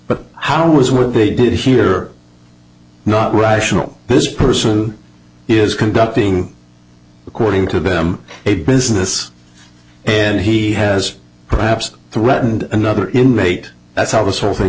but how it was what they did here are not rational this person is conducting according to them a business and he has perhaps threatened another inmate that's how this whole thing